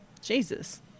Jesus